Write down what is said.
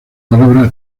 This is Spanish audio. palabra